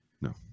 No